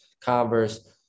Converse